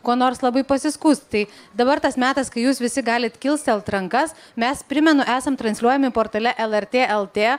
kuo nors labai pasiskųst tai dabar tas metas kai jūs visi galit kilstelt rankas mes primenu esam transliuojami portale lrt lt